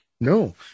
No